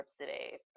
today